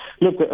look